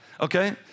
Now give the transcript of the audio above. okay